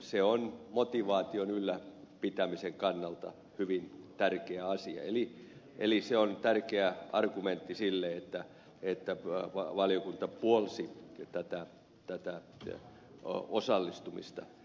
se on motivaation ylläpitämisen kannalta hyvin tärkeä asia eli se on tärkeä argumentti sille että valiokunta puolsi tätä osallistumista